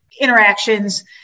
interactions